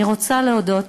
אני רוצה להודות